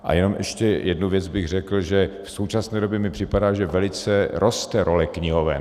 A jenom ještě jednu věc bych řekl, že v současné době mi připadá, že velice roste role knihoven.